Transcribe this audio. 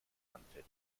anfällig